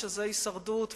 שזה הישרדות,